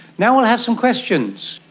now we'll have some questions.